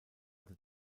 the